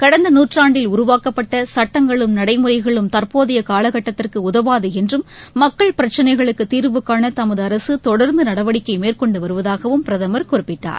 கடந்த நூற்றாண்டில் உருவாக்கப்பட்ட சுட்டங்களும் நடைமுறைகளும் தற்போதைய காலகட்டத்திற்கு உதவாது என்றும் மக்கள் பிரச்சனைகளுக்கு தீர்வு காண தமது அரசு தொடர்ந்து நடவடிக்கை மேற்கொண்டு வருவதாகவும் பிரதமர் குறிப்பிட்டார்